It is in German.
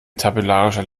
tabellarischer